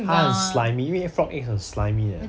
他很 slimy 因为 frog egg 很 slimy 的